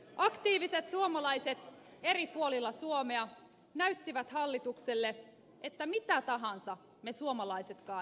aktiiviset suomalaiset eri puolilla suomea näyttivät hallitukselle että mitä tahansa me suomalaisetkaan emme niele